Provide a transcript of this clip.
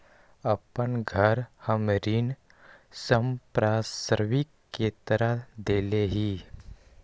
अपन घर हम ऋण संपार्श्विक के तरह देले ही